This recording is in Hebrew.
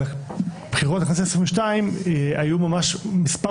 הבחירות לכנסת העשרים ושתיים היו ממש מספר